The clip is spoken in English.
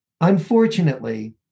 Unfortunately